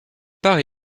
part